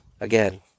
again